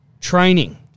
training